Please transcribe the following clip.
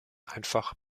einfach